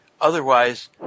otherwise